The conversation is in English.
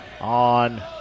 on